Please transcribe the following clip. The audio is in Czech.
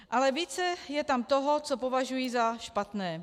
Ale více je tam toho, co považuji za špatné.